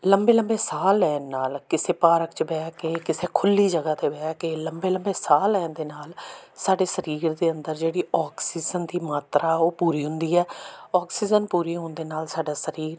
ਲੰਬੇ ਲੰਬੇ ਸਾਹ ਲੈਣ ਨਾਲ ਕਿਸੇ ਪਾਰਕ 'ਚ ਬਹਿ ਕੇ ਕਿਸੇ ਖੁੱਲ੍ਹੀ ਜਗ੍ਹਾ 'ਤੇ ਬਹਿ ਕੇ ਲੰਬੇ ਲੰਬੇ ਸਾਹ ਲੈਣ ਦੇ ਨਾਲ ਸਾਡੇ ਸਰੀਰ ਦੇ ਅੰਦਰ ਜਿਹੜੀ ਔਕਸੀਜਨ ਦੀ ਮਾਤਰਾ ਉਹ ਪੂਰੀ ਹੁੰਦੀ ਹੈ ਔਕਸੀਜਨ ਪੂਰੀ ਹੋਣ ਦੇ ਨਾਲ ਸਾਡਾ ਸਰੀਰ